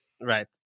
Right